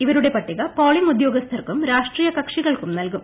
ഇവരുടെ പട്ടിക പോളിംഗ് ഉദ്യോഗസ്ഥർക്കും രാഷ്ട്രീയ കക്ഷികൾക്കും നൽകും